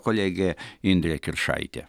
kolegė indrė kiršaitė